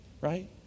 right